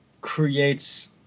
creates